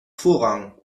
vorrang